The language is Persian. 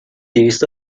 دویست